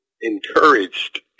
encouraged